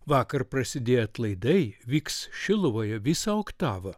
vakar prasidėję atlaidai vyks šiluvoje visą oktavą